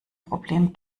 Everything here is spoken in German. problem